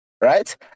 right